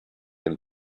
and